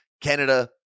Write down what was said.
Canada